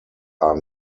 are